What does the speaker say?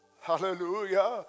hallelujah